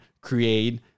create